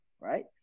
Right